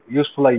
useful